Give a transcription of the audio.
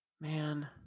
Man